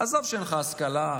עזוב שאין לך השכלה,